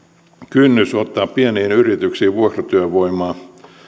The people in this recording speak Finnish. kynnys ottaa pieniin yrityksiin vuokratyövoimaa